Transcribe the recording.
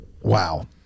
wow